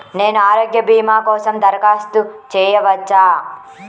నేను ఆరోగ్య భీమా కోసం దరఖాస్తు చేయవచ్చా?